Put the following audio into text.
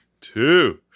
Two